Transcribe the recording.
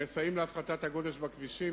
הם מסייעים להפחתת הגודש בכבישים,